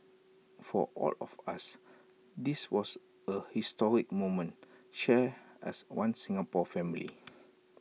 for all of us this was A historic moment shared as One Singapore family